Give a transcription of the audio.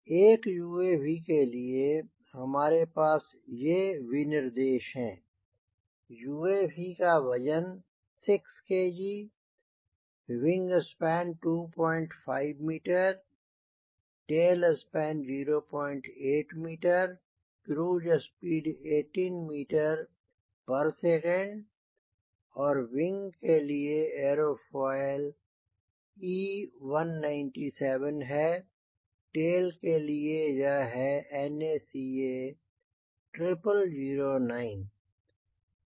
एक UAV के लिए हमारे पास ये विनिर्देश हैं UAV का वजन 6 kg wing span 25 metre tail span 08 metre cruise speed 18 metre प्रति सेकंड है और विंग के लिए एरोफोइल E 197 है टेल के लिए यह है NACA 0009